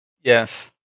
Yes